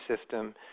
system